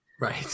Right